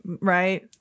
right